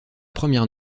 première